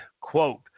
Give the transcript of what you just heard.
quote